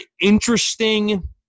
interesting